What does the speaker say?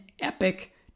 epic